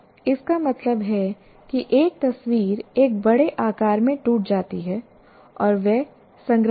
इसका मतलब है कि एक तस्वीर एक बड़े आकार में टूट जाती है और वे संग्रहीत हैं